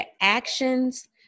actions